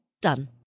Done